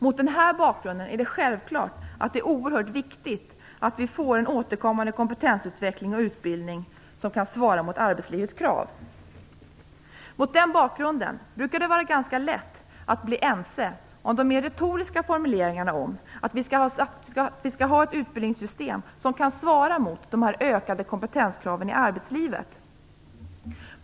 Mot den här bakgrunden är det självklart att det är oerhört viktigt att vi får en återkommande kompetensutveckling och utbildning som kan svara mot arbetslivets krav. Mot den bakgrunden brukar det vara ganska lätt att bli ense om de mer retoriska formuleringarna om att vi skall ha ett utbildningssystem som kan svara mot de ökade kompetenskraven i arbetslivet.